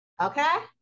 okay